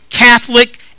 Catholic